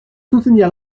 soutenir